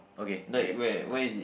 like where where is it